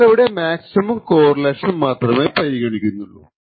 അയാളിവിടെ maximum correlation മാത്രമേ പരിഗണിക്കുന്നുള്ളൂ